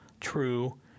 true